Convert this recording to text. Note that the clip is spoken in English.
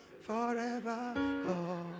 forever